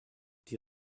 die